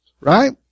Right